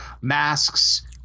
masks